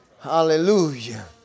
Hallelujah